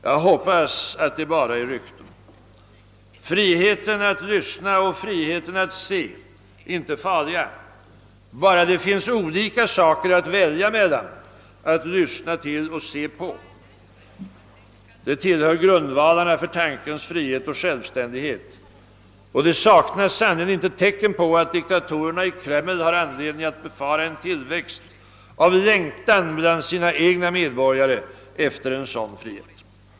Jag hoppas att det bara är rykten. Friheten att lyssna och friheten att se är inte farlig, bara det finns olika saker att välja emellan att lyssna till och se på. Sådan frihet tillhör grundvalarna för tankens frihet och självständighet, och det saknas sannerligen inte tecken på att diktatorerna 1 Kreml har anledning att befara en tillväxt av längtan efter en sådan frihet bland sina egna medborgare.